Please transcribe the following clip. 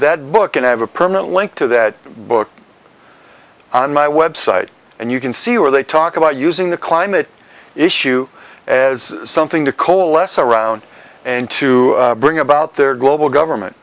that book and have a permanent link to that book on my website and you can see where they talk about using the climate issue as something to coalesce around and to bring about their global government